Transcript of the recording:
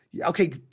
Okay